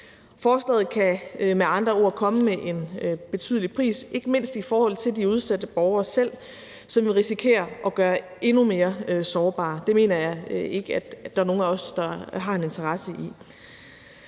andre ord komme med en betydelig pris, ikke mindst i forhold til de udsatte borgere selv, som det vil risikere at gøre endnu mere sårbare. Det mener jeg ikke at der er nogen af os der har en interesse i.